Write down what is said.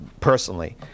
personally